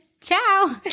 Ciao